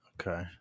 okay